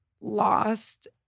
lost